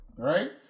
Right